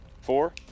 four